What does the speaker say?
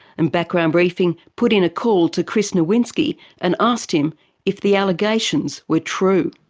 and background briefing put in a call to chris nowinski and asked him if the allegations were true.